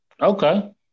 Okay